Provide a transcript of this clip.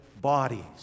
bodies